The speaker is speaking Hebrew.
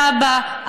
סבא,